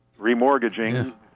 Remortgaging